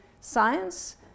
science